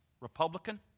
Republican